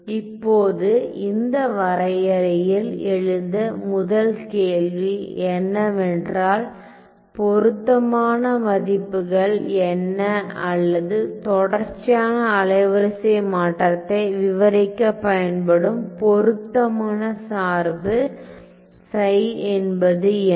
இப்போது இந்த வரையறையில் எழுந்த முதல் கேள்வி என்னவென்றால் பொருத்தமான மதிப்புகள் என்ன அல்லது தொடர்ச்சியான அலைவரிசை மாற்றத்தை விவரிக்கப் பயன்படும் பொருத்தமான சார்பு ψ என்பது என்ன